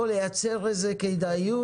לא, לייצר כדאיות.